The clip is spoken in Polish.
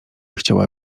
chciała